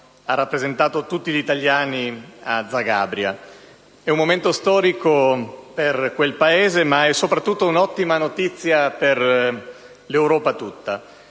ha rappresentato tutti gli italiani a Zagabria. È un momento storico per quel Paese, ma è soprattutto un'ottima notizia per l'Europa tutta.